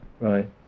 right